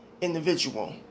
individual